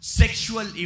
sexual